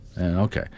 Okay